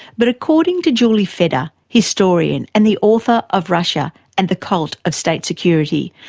but according to julie fedor, historian and the author of russia and the cult of state security,